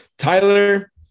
Tyler